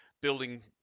building